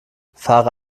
fahre